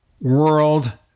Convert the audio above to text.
world